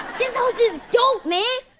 this house is dope, man!